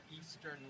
eastern